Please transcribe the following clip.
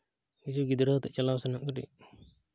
ᱦᱤᱡᱩᱜ ᱜᱤᱫᱽᱨᱟᱹ ᱟᱛᱮᱫ ᱪᱟᱞᱟᱣ ᱥᱟᱱᱟ ᱠᱮᱫᱮᱭᱟ